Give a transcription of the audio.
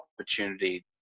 opportunity